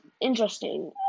interesting